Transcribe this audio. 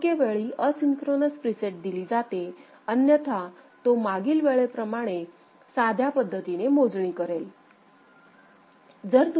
योग्यवेळी asynchronous preset दिली जाते अन्यथा तो मागील वेळेप्रमाणे साध्या पद्धतीने मोजणी करतो